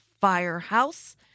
Firehouse